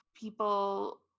people